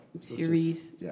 series